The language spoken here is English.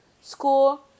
school